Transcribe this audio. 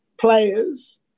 players